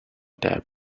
that